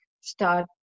start